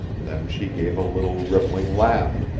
then she gave a little rippling laugh.